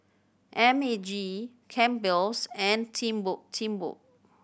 M A G Campbell's and Timbuk Timbuk